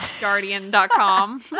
Guardian.com